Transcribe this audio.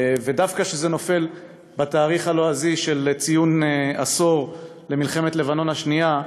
ודווקא כשזה נופל על התאריך הלועזי של ציון עשור למלחמת לבנון השנייה,